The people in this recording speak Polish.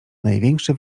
największy